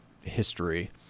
history